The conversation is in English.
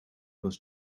was